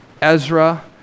Ezra